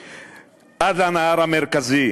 אל האי-ביטחון התזונתי, עד לנהר המרכזי,